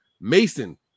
mason